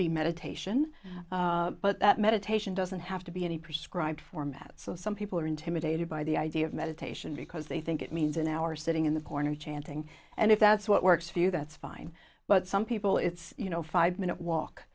be meditation but that meditation doesn't have to be any prescribed format so some people are intimidated by the idea of meditation because they think it means an hour sitting in the corner chanting and if that's what works for you that's fine but some people it's you know five minute walk